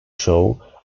show